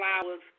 flowers